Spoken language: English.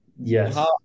yes